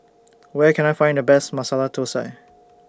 Where Can I Find The Best Masala Thosai